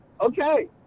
okay